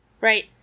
right